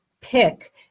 pick